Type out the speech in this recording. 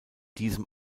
diesem